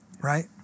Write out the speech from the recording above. right